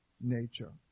nature